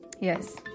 Yes